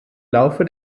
laufe